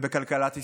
ובכלכלת ישראל.